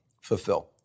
fulfill